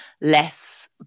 less